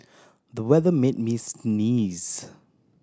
the weather made me sneeze